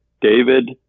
David